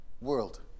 world